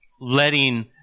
letting